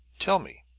tell me